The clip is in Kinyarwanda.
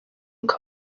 uko